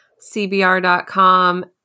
cbr.com